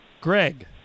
Greg